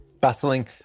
Battling